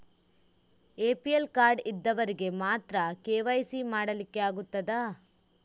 APL card ಇದ್ದವರಿಗೆ ಮಾತ್ರ KYC ಮಾಡಲಿಕ್ಕೆ ಆಗುತ್ತದಾ?